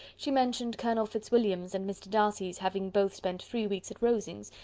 she mentioned colonel fitzwilliam's and mr. darcy's having both spent three weeks at rosings,